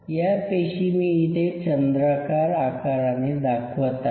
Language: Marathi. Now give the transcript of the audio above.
या पेशी मी इथे चंद्राकार आकाराने दाखवत आहे